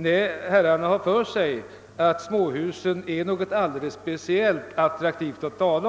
Nej, herrarna har fått för sig att småhusen är något alldeles speciellt attraktivt, och värderar